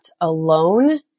alone